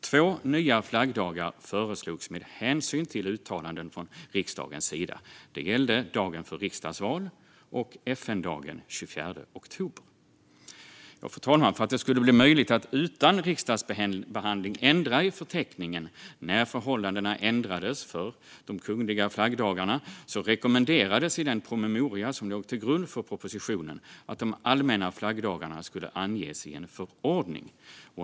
Två nya flaggdagar föreslogs med hänsyn till uttalanden från riksdagens sida. Det gällde dagen för riksdagsval och FN-dagen den 24 oktober. Fru talman! För att det skulle bli möjligt att utan riksdagsbehandling ändra i förteckningen när förhållandena ändrades för de kungliga flaggdagarna rekommenderades i den promemoria som låg till grund för propositionen att de allmänna flaggdagarna skulle anges i en förordning.